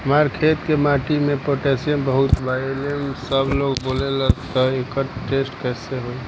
हमार खेत के माटी मे पोटासियम बहुत बा ऐसन सबलोग बोलेला त एकर टेस्ट कैसे होई?